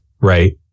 right